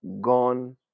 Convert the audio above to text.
gone